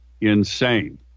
insane